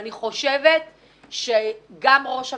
ראש הממשלה,